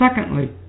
Secondly